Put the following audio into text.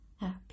Happy